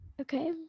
Okay